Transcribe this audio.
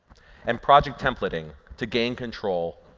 and project templating to gain control